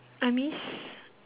I miss